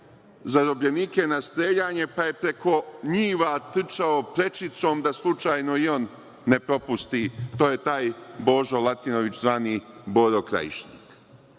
zarobljenike na streljanje pa je preko njiva trčao prečicom da slučajno i on ne propusti, to je taj Božo Latinović zvani Boro Krajišnik.